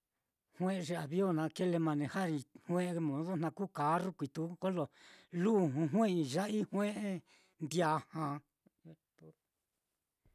Jue'e ye avion naá kile manejar jue'ei, modo na kuu carro kuui tuku kolo luju jue'ei, ya'ai jue'ei ndiaja.